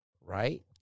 right